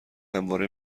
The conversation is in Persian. همواره